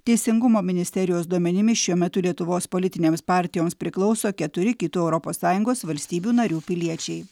teisingumo ministerijos duomenimis šiuo metu lietuvos politinėms partijoms priklauso keturi kitų europos sąjungos valstybių narių piliečiai